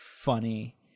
funny